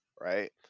right